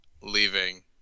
leaving